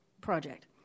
project